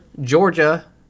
Georgia